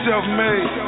Self-made